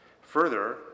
Further